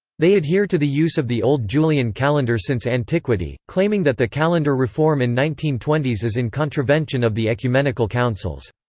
they adhere to the use of the old julian calendar since antiquity, claiming that the calendar reform in nineteen twenty s is in contravention of the ecumenical councils.